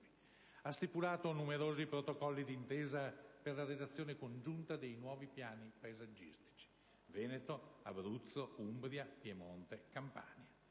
Ha stipulato numerosi protocolli d'intesa per la redazione congiunta dei nuovi piani paesaggistici (Veneto, Abruzzo, Umbria, Piemonte, Campania).